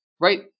right